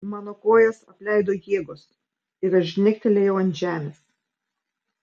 mano kojas apleido jėgos ir aš žnegtelėjau ant žemės